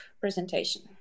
presentation